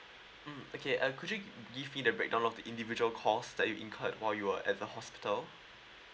mm okay uh could you give me the breakdown of the individual cost that you incurred while you were at the hospital